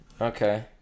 Okay